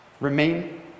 remain